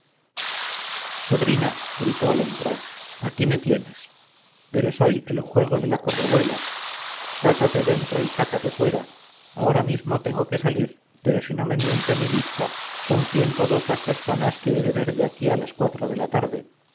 sobrina gritó al entrar aquí me tienes pero soy el juego de la correhuela cátate dentro y cátate fuera ahora mismo tengo que salir pero si no miente mi lista son ciento dos las personas que he de ver de aquí a las cuatro de la tarde